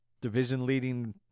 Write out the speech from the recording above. division-leading